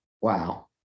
Wow